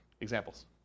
Examples